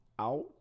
out